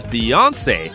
Beyonce